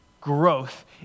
growth